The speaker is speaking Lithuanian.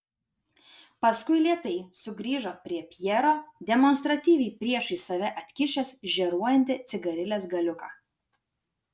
paskui lėtai sugrįžo prie pjero demonstratyviai priešais save atkišęs žėruojantį cigarilės galiuką